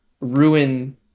ruin